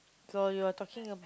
so you are talking ab~